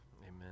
Amen